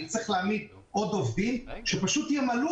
אני צריך להעמיד עוד עובדים שפשוט ימלאו